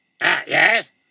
yes